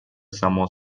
само